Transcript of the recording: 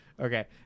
okay